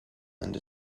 and